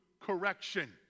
correction